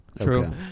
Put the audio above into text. True